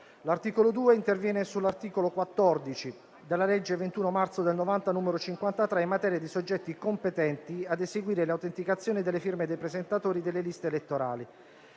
L'articolo 2 interviene sull'articolo 14 della legge 21 marzo del 1990, n. 53 in materia di soggetti competenti ad eseguire l'autenticazione delle firme dei presentatori delle liste elettorali.